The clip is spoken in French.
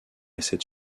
cette